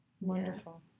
wonderful